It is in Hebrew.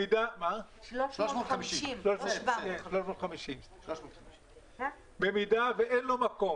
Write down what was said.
350. 350. במידה ואין לו מקום